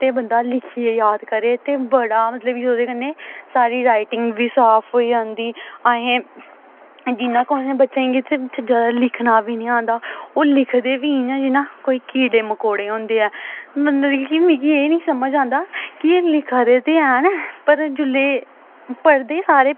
ते बंदा लिखियै याद करै ते बड़ा मतलब ओह्दे कन्नै साढ़ी राइटिंग बी साफ होई जंदी असें जि'यां कुसै बच्चें गी इत्थै चज्जै दा लिखना बी निं औंदा ओह् लिखदे बी इ'यां जि'यां कोई कीड़े मकौड़े होंदे ऐ मतलब कि मिगी एह् निं समझ औंदा कि एह् लिखा दे ते हैन पर जेल्लै पढ़दे सारे